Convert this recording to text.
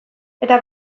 eta